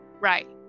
right